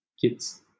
kids